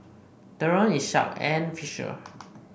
Theron Isaak and Fisher